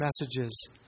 messages